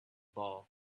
ball